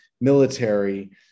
military